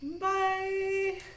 Bye